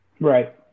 Right